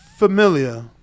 Familiar